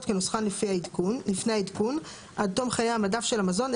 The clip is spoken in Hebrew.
כנוסחן לפני העדכון - עד תום חיי המדף של המזון,